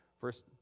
First